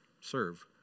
serve